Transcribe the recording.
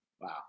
Wow